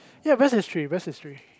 ya best history best history